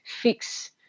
fix